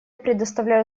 предоставляю